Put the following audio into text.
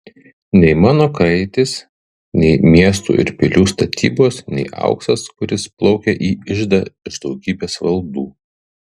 nei mano kraitis nei miestų ir pilių statybos nei auksas kuris plaukia į iždą iš daugybės valdų